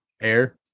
air